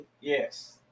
Yes